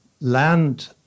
land